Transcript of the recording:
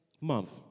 month